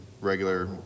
regular